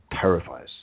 terrifies